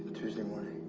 tuesday morning.